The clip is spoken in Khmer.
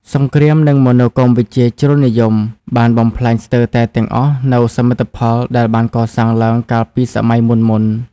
សង្គ្រាម និងមនោគមវិជ្ជាជ្រុលនិយមបានបំផ្លាញស្ទើរតែទាំងអស់នូវសមិទ្ធផលដែលបានកសាងឡើងកាលពីសម័យមុនៗ។